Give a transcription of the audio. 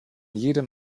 jedem